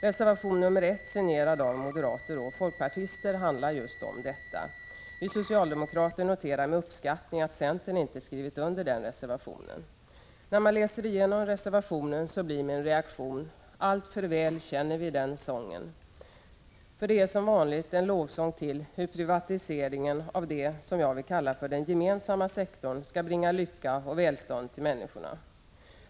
Reservation 1, signerad av moderater och folkpartister, handlar just om detta. Vi socialdemokrater noterar med uppskattning att centern inte gått med på den. När man läser igenom reservationen blir min reaktion: alltför väl känner vi den sången. För det är som vanligt en lovsång till hur privatisering, av det som jag vill kalla för den gemensamma sektorn, skall bringa lycka och välstånd till människorna.